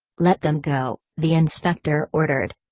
let them go, the inspector ordered.